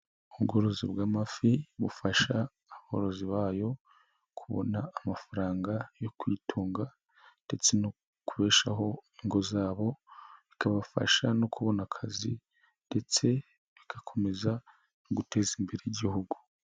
Ubworozi bw'amafi bufasha abarozi bayo, kubona amafaranga yo kwitunga ndetse no kurubeshaho ingo zabo, bikabafasha no kubona akazi ndetse bigakomeza no guteza imbere igihugu.